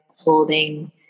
holding